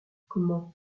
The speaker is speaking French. comment